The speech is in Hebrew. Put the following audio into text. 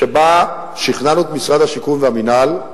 שבה שכנענו את משרד השיכון והמינהל,